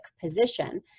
position